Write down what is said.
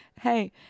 Hey